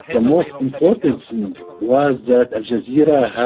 the most important thing was that al jazeera